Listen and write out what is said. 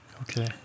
Okay